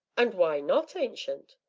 and why not, ancient?